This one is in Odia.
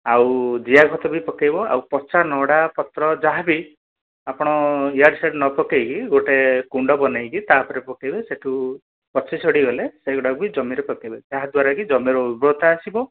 ଆଉ ଜିଆ ଖତ ବି ପକେଇବ ଆଉ ପଚା ନଡ଼ା ପତ୍ର ଯାହା ବି ଆପଣ ଇଆଡ଼େ ସିଆଡ଼େ ନ ପକେଇକି ଗୋଟେ କୁଣ୍ଡ ବନେଇ କି ତା'ଉପରେ ପକେଇବେ ସେଠୁ ପଚି ସଢ଼ି ଗଲେ ସେଗୁଡ଼ାକ ବି ଜମିରେ ପକେଇବେ ଯାହା ଦ୍ୱାରାକି ଜମିରେ ଉର୍ବରତା ଆସିବ